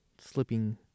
slipping